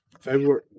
february